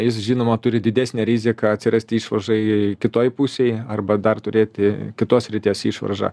jis žinoma turi didesnę riziką atsirasti išvaržai kitoj pusėj arba dar turėti kitos srities išvaržą